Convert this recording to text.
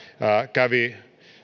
kävi